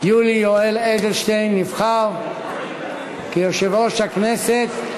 יולי יואל אדלשטיין נבחר ליושב-ראש הכנסת.